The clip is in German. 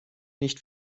nicht